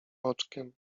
oczkiem